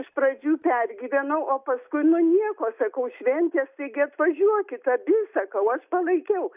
iš pradžių pergyvenau o paskui nu nieko sakau šventės taigi atvažiuokite sakau aš palaikiau